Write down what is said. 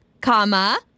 comma